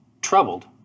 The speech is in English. troubled